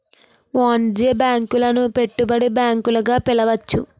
వాణిజ్య బ్యాంకులను పెట్టుబడి బ్యాంకులు గా పిలవచ్చు